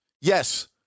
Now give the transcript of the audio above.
yes